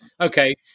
okay